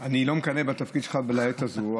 אני לא מקנא בתפקיד שלך לעת הזו,